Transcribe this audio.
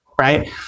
right